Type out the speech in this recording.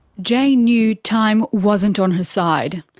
jay knew time wasn't on her side.